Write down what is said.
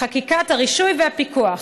חקיקת הרישוי והפיקוח.